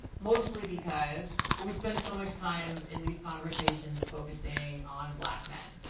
mostly because we spend so much time in these conversations focusing on black men,